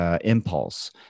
impulse